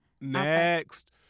Next